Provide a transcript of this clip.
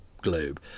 globe